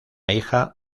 hija